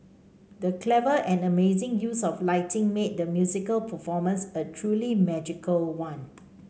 the clever and amazing use of lighting made the musical performance a truly magical one